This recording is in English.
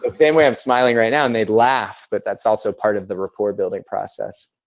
but same way i'm smiling right now. and they'd laugh, but that's also part of the rapport-building process.